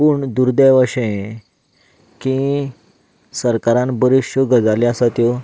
पूण दुर्दैव अशें की सरकारान बऱ्योचशो गजाली आसा त्यो